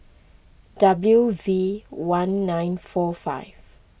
W V one nine four five